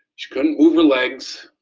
she couldn't move her legs,